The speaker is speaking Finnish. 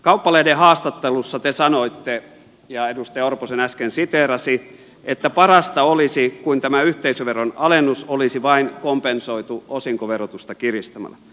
kauppalehden haastattelussa te sanoitte ja edustaja orpo sen äsken siteerasi että parasta olisi kun tämä yhteisöveron alennus olisi vain kompensoitu osinkoverotusta kiristämällä